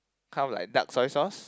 kind of like dark soy sauce